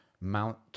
mount